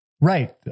Right